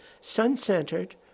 sun-centered